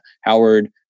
Howard